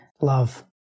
love